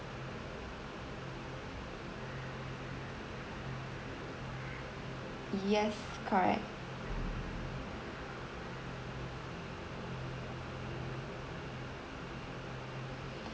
yes correct